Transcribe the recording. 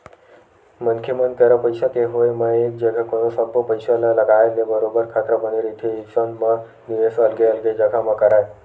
मनखे मन करा पइसा के होय म एक जघा कोनो सब्बो पइसा ल लगाए ले बरोबर खतरा बने रहिथे अइसन म निवेस अलगे अलगे जघा म करय